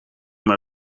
maar